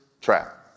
trap